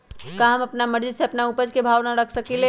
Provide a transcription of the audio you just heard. का हम अपना मर्जी से अपना उपज के भाव न रख सकींले?